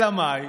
אלא מאי,